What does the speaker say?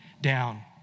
down